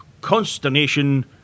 consternation